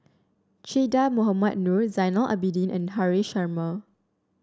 Che Dah Mohamed Noor Zainal Abidin and Haresh Sharma